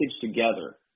together